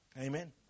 Amen